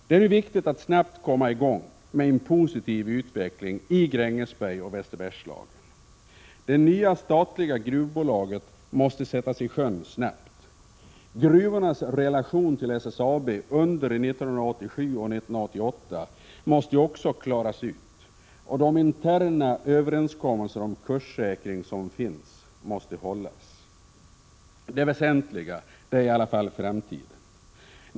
Det är viktigt att snabbt komma i gång med en positiv utveckling i sättas i sjön snabbt. Gruvornas relation till SSAB under 1987 och 1988 måste också klaras ut, och de interna överenskommelser om kurssäkring som finns måste hållas. Det väsentliga är i alla fall framtiden.